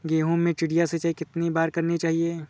गेहूँ में चिड़िया सिंचाई कितनी बार करनी चाहिए?